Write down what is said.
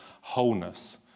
wholeness